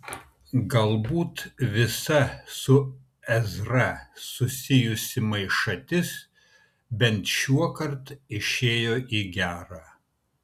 galbūt visa su ezra susijusi maišatis bent šiuokart išėjo į gera